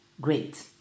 Great